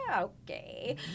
okay